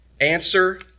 Answer